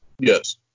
Yes